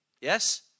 Yes